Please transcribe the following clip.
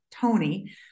Tony